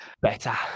better